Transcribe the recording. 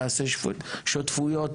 תעשה שותפויות,